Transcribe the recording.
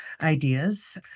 ideas